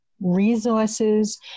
resources